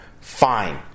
Fine